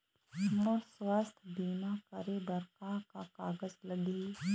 मोर स्वस्थ बीमा करे बर का का कागज लगही?